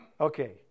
Okay